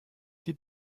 die